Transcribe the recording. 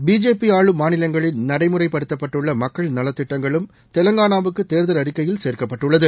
பிஜேபிஆளும் மாநிலங்களில் நடைமுறைப் படுத்தப்பட்டுள்ளமக்கள் நலத்திட்டங்களும் தெலுங்கானாவுக்கானதேர்தல் அறிக்கையில் சேர்க்கப்பட்டள்ளது